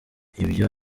ibyo